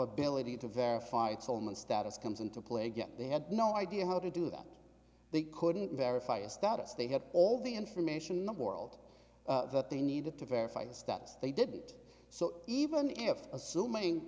ability to verify it's almost status comes into play again they had no idea how to do that they couldn't verify a status they had all the information in the world that they needed to verify the stats they did so even if assuming